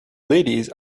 ladies